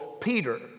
Peter